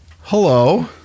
Hello